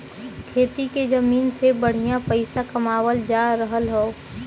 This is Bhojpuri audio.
खेती के जमीन से बढ़िया पइसा कमावल जा रहल हौ